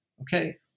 Okay